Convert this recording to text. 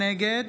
נגד